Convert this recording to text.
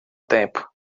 tempo